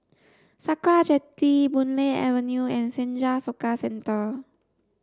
Sakra Jetty Boon Lay Avenue and Senja Soka Centre